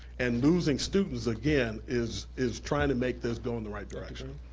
and losing students again is is trying to make this go in the right direction.